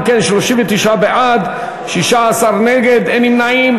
אם כן, 39 בעד, 16 נגד, אין נמנעים.